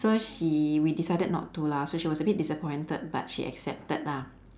so she we decided not to lah so she was a bit disappointed but she accepted lah